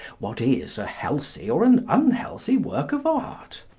what is a healthy, or an unhealthy work of art?